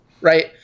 right